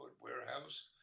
warehouse